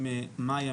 אם מאיה,